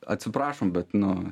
atsiprašom bet nu